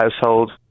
household